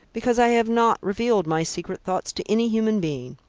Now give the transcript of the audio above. because i have not revealed my secret thoughts to any human being.